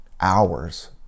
hours